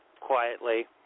quietly